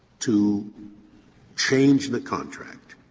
to change the contract,